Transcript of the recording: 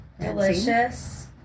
Delicious